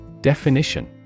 Definition